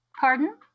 Pardon